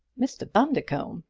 mr. bundercombe!